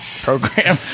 program